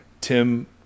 Tim